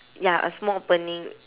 ya a small opening